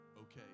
okay